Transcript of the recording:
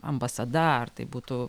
ambasada ar tai būtų